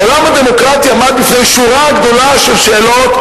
העולם הדמוקרטי עמד בפני שורה גדולה של שאלות,